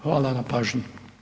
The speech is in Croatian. Hvala na pažnji.